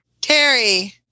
Terry